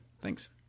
Thanks